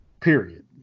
period